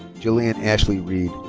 jillian ashley reid.